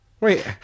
Wait